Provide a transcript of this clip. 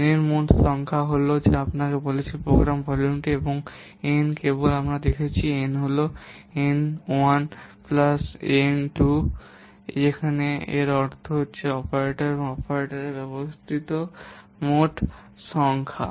N এর মোট সংখ্যা হল যা আমরা বলছি প্রোগ্রাম ভলিউমটি এবং N কেবল আমরা দেখেছি N হল N 1 প্লাস N 2 যেখানে এটির অর্থ অপারেটর এবং অপারেটর ব্যবহৃত মোট সংখ্যা